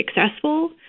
successful